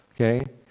Okay